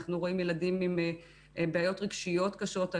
אנחנו רואים ילדים עם בעיות רגשיות קשות,